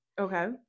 Okay